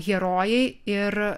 herojai ir